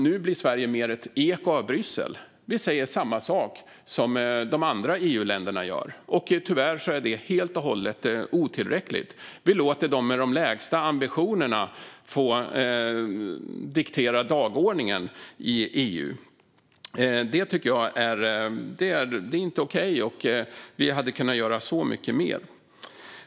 Nu blir Sverige mer ett eko av Bryssel. Vi säger samma sak som de andra EU-länderna gör, och tyvärr är det helt och hållet otillräckligt. Vi låter dem med de lägsta ambitionerna diktera dagordningen i EU. Jag tycker inte att det är okej, och vi hade kunnat göra så mycket mer.